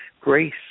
grace